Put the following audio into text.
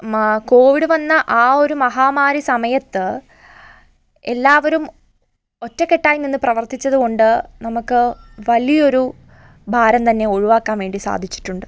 മാ കോവിഡ് വന്ന ആ ഒരു മഹാമാരി സമയത്ത് എല്ലാവരും ഒറ്റക്കെട്ടായി നിന്ന് പ്രവർത്തിച്ചത് കൊണ്ട് നമുക്ക് വലിയൊരു ഭാരം തന്നെ ഒഴിവാക്കാൻ വേണ്ടി സാധിച്ചിട്ടുണ്ട്